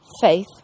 faith